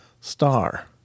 Star